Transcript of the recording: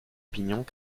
pignons